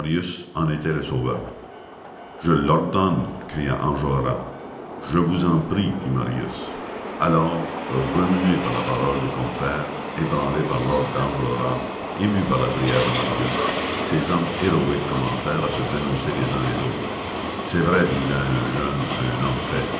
en était le sauveur je l'ordonne cria enjolras je vous en prie dit marius alors remués par la parole de combeferre ébranlés par l'ordre d'enjolras émus par la prière de marius ces hommes héroïques commencèrent à se dénoncer les uns les autres c'est vrai disait un jeune à un homme fait